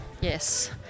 Yes